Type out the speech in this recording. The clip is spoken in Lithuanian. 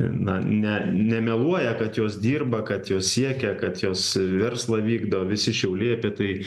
na ne nemeluoja kad jos dirba kad jos siekia kad jos verslą vykdo visi šiauliai apie tai